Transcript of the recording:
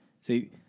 See